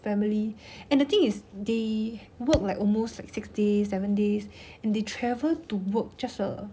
family and the thing is they work like almost like six days seven days and they travel to work just a